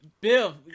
Bill